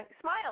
Smile